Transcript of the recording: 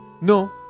No